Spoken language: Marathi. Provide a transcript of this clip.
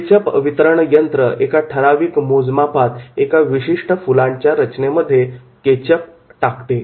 केचप वितरण यंत्र एका ठराविक मोजमापात एका विशिष्ट फुलांच्या रचनेमध्ये केचप टाकते